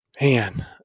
Man